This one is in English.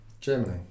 Germany